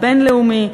הבין-לאומי,